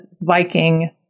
Viking